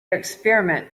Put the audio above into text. experiment